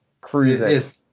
cruising